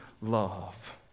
love